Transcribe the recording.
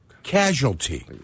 casualty